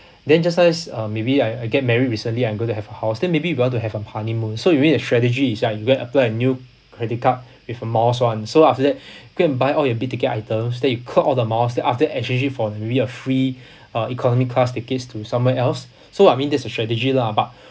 then just nice maybe I I get married recently I'm going to have a house then maybe you want to have a honeymoon so you need a strategy is that go and apply a new credit card with miles [one] so uh so after that you go and buy all your big ticket items then you clock all the miles then after exchanging for maybe a free uh economy class tickets to some where else so I mean that's a strategy lah but